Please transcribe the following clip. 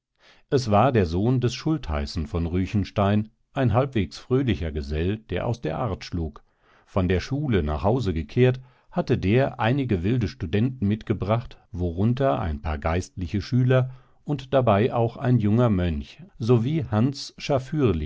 es war der sohn des schultheißen von ruechenstein ein halbwegs fröhlicher gesell der aus der art schlug von der schule nach hause gekehrt hatte der einige wilde studenten mitgebracht worunter ein paar geistliche schüler und dabei auch ein junger mönch sowie hans